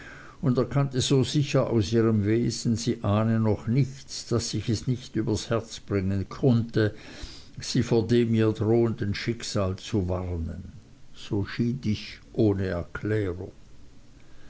und erkannte so sicher aus ihrem wesen sie ahne noch nichts daß ich es nicht übers herz bringen konnte sie vor dem ihr drohenden schicksal zu warnen so schied ich ohne weitere erklärung